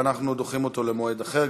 ודוחים אותו למועד אחר,